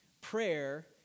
prayer